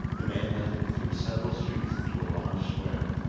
the man led him through several streets into a large square,